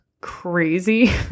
crazy